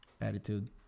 attitude